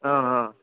હં હં